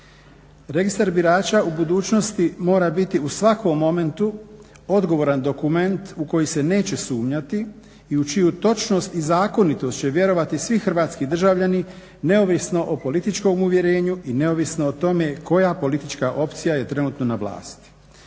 Registar birača u budućnosti mora biti u svakom momentu odgovoran dokument u koji se neće sumnjati i u čiju točnost i zakonitost će vjerovati svi hrvatski državljani neovisno o političkom uvjerenju i neovisno o tome koja politička opcija je trenutno na vlasti.